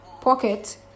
pocket